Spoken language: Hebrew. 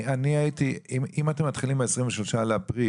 אם אתם מתחילים ב-23 באפריל,